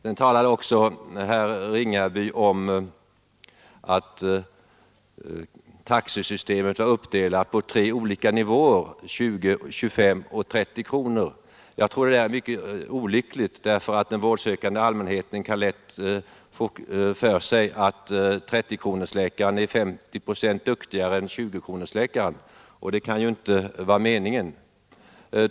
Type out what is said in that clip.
Herr Ringaby talade om att taxesystemet var uppdelat på tre olika nivåer: 20, 25 och 30 kronor. Jag tror att det är mycket olyckligt därför att den vårdsökande allmänheten lätt kan få för sig att 30-kronorsläkaren är 50 procent duktigare än 20-kronorsläkaren, och det kan ju inte vara meningen.